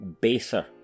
baser